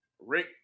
Rick